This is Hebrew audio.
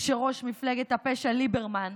כשראש מפלגת הפשע ליברמן,